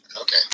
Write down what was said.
Okay